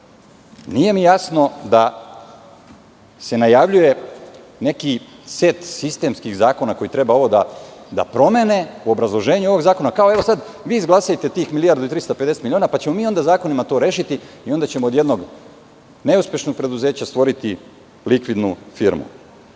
mi jasno da se najavljuje neki set sistemskih zakona koji treba ovo da promene u obzraloženju ovog zakona kao evo sad, vi izglasajte tih 1.350.000.000 milona pa ćemo mi onda zakonima to rešiti, o onda ćemo od jednog neuspešnog preduzeća stvoriti likvidnu firmu.U